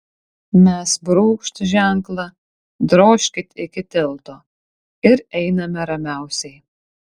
mes brūkšt ženklą drožkit iki tilto ir einame ramiausiai